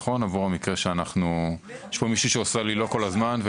יש פה מישהי שעושה לי כל הזמן "לא",